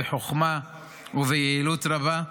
בחוכמה וביעילות רבה,